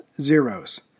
Zeros